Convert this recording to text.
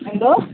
എന്തോ